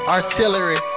Artillery